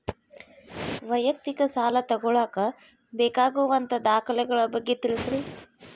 ವೈಯಕ್ತಿಕ ಸಾಲ ತಗೋಳಾಕ ಬೇಕಾಗುವಂಥ ದಾಖಲೆಗಳ ಬಗ್ಗೆ ತಿಳಸ್ರಿ